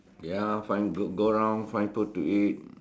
ya find good go round find food to eat